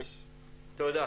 תודה.